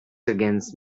against